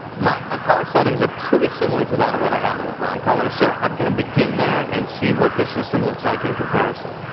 my my power settings are pretty similar to what i have on the broncolor, so i'm gonna begin there and see what this system looks like in comparison.